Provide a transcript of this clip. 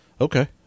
okay